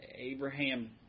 Abraham